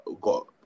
got